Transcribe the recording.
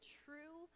true